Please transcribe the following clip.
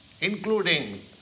including